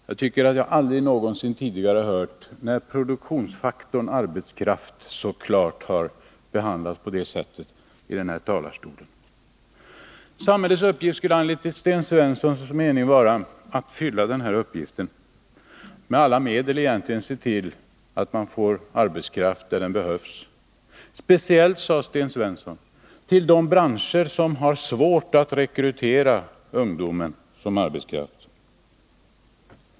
Jag har aldrig någonsin tidigare hört produktionsfaktorn arbetskraft behandlas på det sättet i denna talarstol. Samhällets uppgift skulle enligt Sten Svenssons mening vara att med alla medel se till att man får arbetskraft där den behövs, speciellt — sade Sten Svensson =— till de branscher som har svårt att rekrytera ungdomen som arbetskraft.